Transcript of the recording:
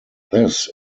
this